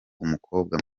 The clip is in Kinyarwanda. umukobwa